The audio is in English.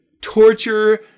torture